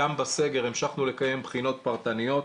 גם בסגר המשכנו לקיים בחינות פרטניות.